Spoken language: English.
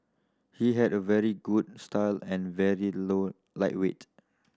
he had a very good style and very low lightweight